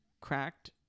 cracked